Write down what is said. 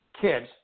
kids